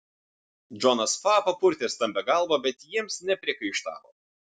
džonas fa papurtė stambią galvą bet jiems nepriekaištavo